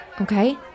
Okay